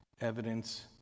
evidence